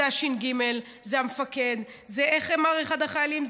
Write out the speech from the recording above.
זה הש"ג, זה מפקד, איך אמר אחד החיילים?